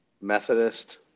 Methodist